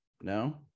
no